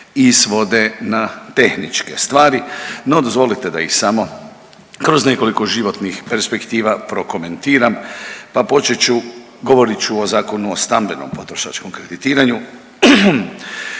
i svode na tehničke stvari, no dozvolite da ih samo kroz nekoliko životnih perspektiva prokomentiram, pa počet ću, govorit ću o Zakonu o stambenom potrošačkom kreditiranju